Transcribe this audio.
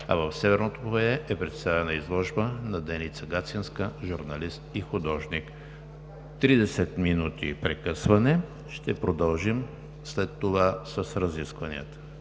В Северното фоайе е представена изложба на Деница Гацинска – журналист и художник. Тридесет минути прекъсване. Ще продължим след това с разискванията.